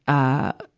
ah,